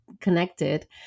connected